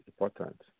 important